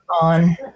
On